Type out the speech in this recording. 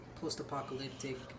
post-apocalyptic